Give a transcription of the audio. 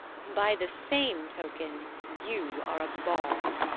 by the same token, you are a bawd.